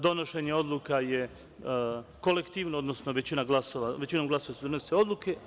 Donošenje odluka je kolektivno, odnosno većinom glasova se donose odluke.